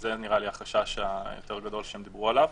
שזה נראה לי החשש היותר גדול שהם דיברו עליו.